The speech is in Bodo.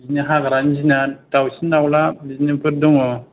बिदिनो हाग्रानि जुनाद दावसिन दावला बिदि नोगोद दङ